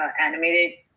animated